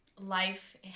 life